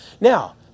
Now